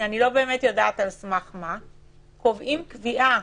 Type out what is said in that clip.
שאני לא באמת יודעת על סמך מה קובעים קביעה